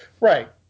Right